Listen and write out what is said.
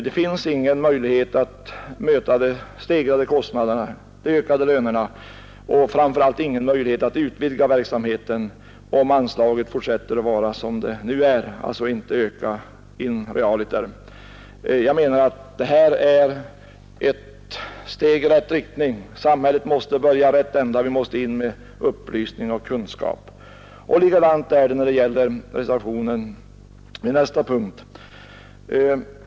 Det finns ingen möjlighet att möta de stegrade kostnaderna, de ökade lönerna, och det finns framför allt ingen möjlighet utvidga verksamheten, om anslaget fortsätter att vara som nu och alltså realiter inte ökar. Jag menar att vad som föreslås i reservationen D är ett steg i rätt riktning. Samhället måste börja i rätt ända — vi måste in med upplysning och kunskap. Likadant är det när det gäller reservationen E vid punkten 10.